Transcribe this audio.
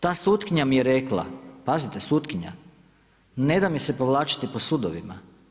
Ta sutkinja mi je rekla, pazite sutkinja ne da mi se povlačiti po sudovima.